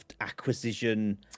acquisition